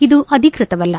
ಇದು ಅಧಿಕೃತವಲ್ಲ